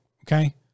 Okay